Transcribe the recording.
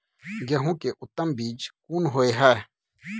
गेहूं के उत्तम बीज कोन होय है?